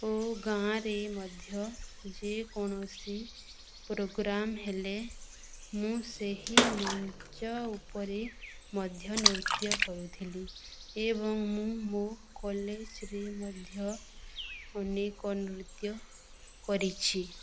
ଓ ଗାଁ'ରେ ମଧ୍ୟ ଯେକୌଣସି ପ୍ରୋଗ୍ରାମ୍ ହେଲେ ମୁଁ ସେହି ମଞ୍ଚ ଉପରେ ମଧ୍ୟ ନୃତ୍ୟ କରୁଥିଲି ଏବଂ ମୁଁ ମୋ କଲେଜ୍ରେ ମଧ୍ୟ ଅନେକ ନୃତ୍ୟ କରିଛି